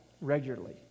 regularly